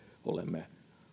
olemme